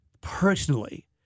personally